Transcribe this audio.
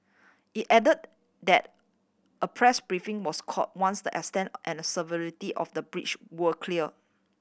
it added that a press briefing was called once the extent and severity of the breach were clear